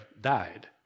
died